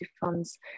funds